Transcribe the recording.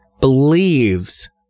believes